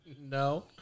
No